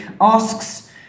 asks